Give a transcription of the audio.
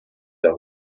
der